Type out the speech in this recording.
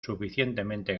suficientemente